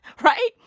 Right